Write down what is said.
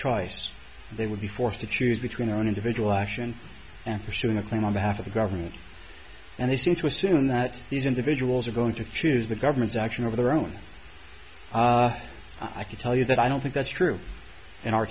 choice they would be forced to choose between their own individual action and pursuing a claim on behalf of the government and they seem to assume that these individuals are going to choose the government's action over their own i can tell you that i don't think that's true in our